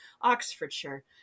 Oxfordshire